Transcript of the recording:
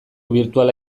birtuala